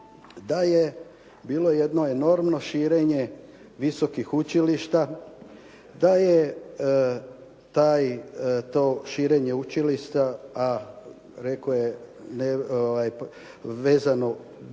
da je bilo jedno enormno širenje visokih učilišta, da je to širenje učilišta, a dali je vezano ili